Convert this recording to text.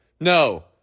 No